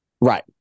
Right